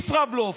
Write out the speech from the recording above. ישראבלוף,